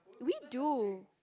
we do